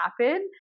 happen